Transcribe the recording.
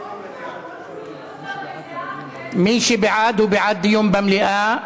כן, בעד דיון במליאה.